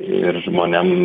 ir žmonėm